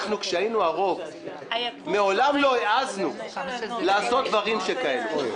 אנחנו כשהיינו הרוב מעולם לא העזנו לעשות דברים שכאלה.